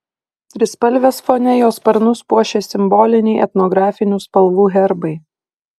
trispalvės fone jo sparnus puošia simboliniai etnografinių spalvų herbai